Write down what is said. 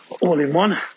all-in-one